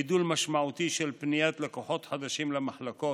וגידול משמעותי של פניית לקוחות חדשים למחלקות.